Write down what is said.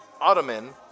ottoman